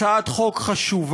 הצעת חוק חשובה,